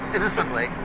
Innocently